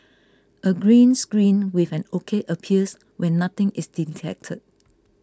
a green screen with an ok appears when nothing is detected